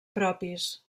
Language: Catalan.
propis